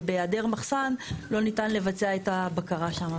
ובהעדר מחסן לא ניתן לבצע את הבקרה שם.